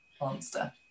monster